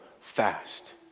fast